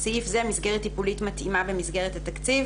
בסעיף זה "מסגרת טיפולית מתאימה במסגרת התקציב